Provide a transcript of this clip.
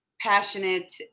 passionate